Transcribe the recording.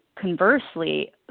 conversely